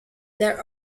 there